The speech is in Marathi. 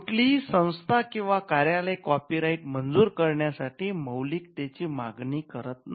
कुठली ही संस्था किंवा कार्यलय कॉपी राईट मंजूर करण्यासाठी मौलिकतेची मागणी करत नाही